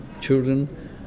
children